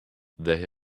they